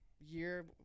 year